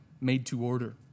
made-to-order